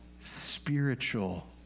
spiritual